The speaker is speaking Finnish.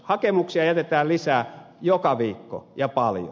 hakemuksia jätetään lisää joka viikko ja paljon